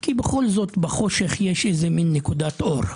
כי בכל זאת בחושך יש מין נקודת אור.